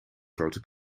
grote